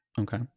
okay